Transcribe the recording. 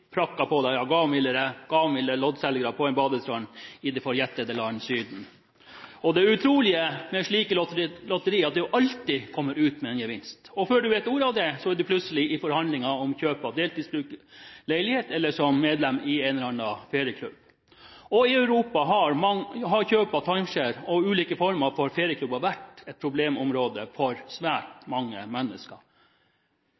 loddselgere på en badestrand i det forjettede land, «Syden». Det utrolige med slike lotterier er at du alltid kommer ut med en gevinst, og før du vet ordet av det, er du plutselig i forhandlinger om kjøp av leilighet for deltidsbruk eller om å bli medlem i en eller annen ferieklubb. I Europa har kjøp av timeshare, og ulike former for ferieklubber, vært et problem for svært